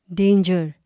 danger